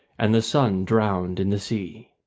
and the sun drowned in the sea.